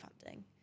funding